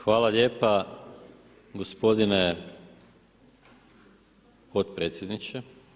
Hvala lijepa gospodine potpredsjedniče.